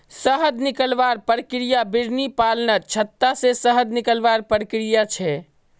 शहद निकलवार प्रक्रिया बिर्नि पालनत छत्ता से शहद निकलवार प्रक्रिया छे